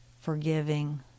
forgiving